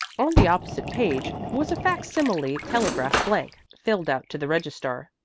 on the opposite page was a facsimile telegraph blank, filled out to the registrar,